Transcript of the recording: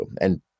And-